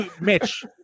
Mitch